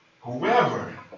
Whoever